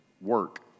Work